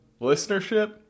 Listenership